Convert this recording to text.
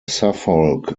suffolk